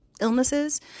illnesses